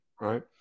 right